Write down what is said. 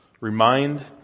Remind